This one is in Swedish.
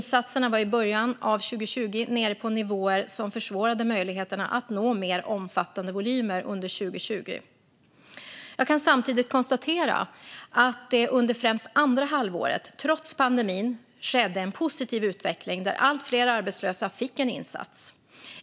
Insatserna var i början av 2020 nere på nivåer som försvårade möjligheterna att nå mer omfattande volymer under 2020. Jag kan samtidigt konstatera att det under främst andra halvåret, trots pandemin, skedde en positiv utveckling där allt fler arbetslösa fick en insats.